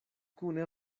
kune